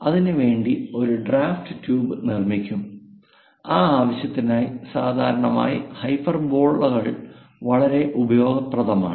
അതിനു വേണ്ടി ഒരു ഡ്രാഫ്റ്റ് ട്യൂബ് നിർമ്മിക്കും ആ ആവശ്യത്തിനായി സാധാരണയായി ഹൈപ്പർബോളകൾ വളരെ ഉപയോഗപ്രദമാണ്